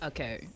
Okay